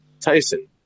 Tyson